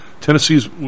Tennessee's